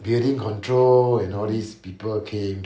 building control and all these people came